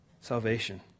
salvation